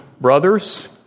brothers